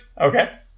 Okay